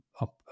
up